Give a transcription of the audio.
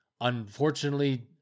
Unfortunately